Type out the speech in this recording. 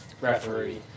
referee